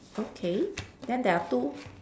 okay then there are two